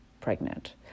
pregnant